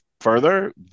further